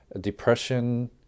depression